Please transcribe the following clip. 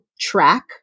track